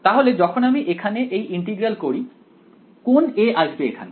তাহলে যখন আমি এখানে এই ইন্টিগ্রাল করি কোন a আসবে এখানে